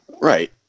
Right